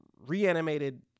reanimated